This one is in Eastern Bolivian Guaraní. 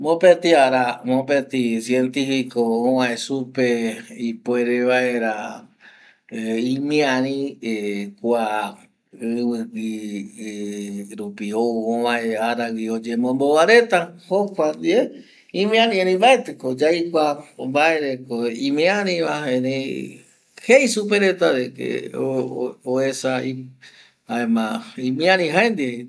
Mopeti ara mopeti cientifico ovae supe ipuere vaera imiari mbae kua ivi rupi aragüi oyemombo mbaereta jokua re imiari, erei mbaeti ko yaikua mbaendieko imiari va erei jei supe reta uesa vi jaema imiari jaendie jei.